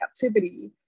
captivity